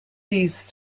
these